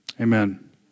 Amen